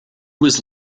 was